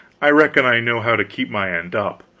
i reckon i know how to keep my end up.